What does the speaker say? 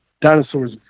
Dinosaurs